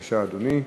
בבקשה, אדוני.